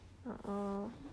a'ah